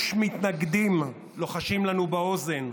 יש מתנגדים, לוחשים לנו באוזן.